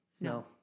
No